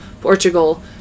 Portugal